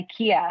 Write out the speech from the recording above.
Ikea